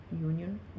Union